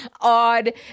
Odd